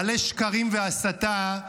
מלא שקרים והסתה,